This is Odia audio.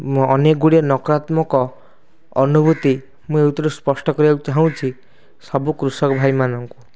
ମୁଁ ଅନେକଗୁଡ଼ିଏ ନକାରାତ୍ମକ ଅନୁଭୂତି ମୁଁ ଏଇଥିରେ ସ୍ପଷ୍ଟ କରିବାକୁ ଚାହୁଁଛି ସବୁ କୃଷକ ଭାଇମାନଙ୍କୁ